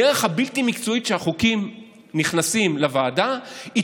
הדרך הבלתי-מקצועית שבה החוקים נכנסים לוועדה היא